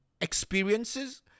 experiences